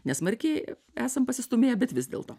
nesmarkiai esam pasistūmėję bet vis dėlto